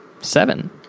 seven